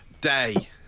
day